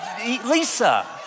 Lisa